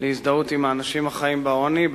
להזדהות עם האנשים החיים בעוני.